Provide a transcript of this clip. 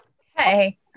hey